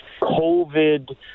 COVID